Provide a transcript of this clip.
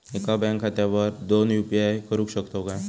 एका बँक खात्यावर दोन यू.पी.आय करुक शकतय काय?